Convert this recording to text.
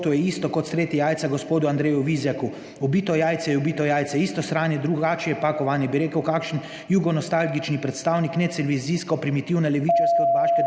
je isto kot streti jajca gospodu Andreju Vizjaku - ubito jajce je ubito jajce. Isto sranje, drugo pakovanje, bi rekel kakšen jugonostalgični predstavnik / nerazumljivo/ primitivne levičarske udbaške